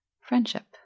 friendship